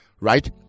right